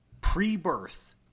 pre-birth